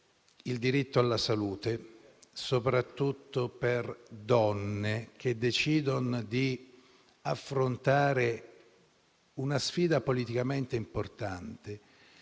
il diritto alla salute, soprattutto per donne che decidono di affrontare una sfida politicamente importante,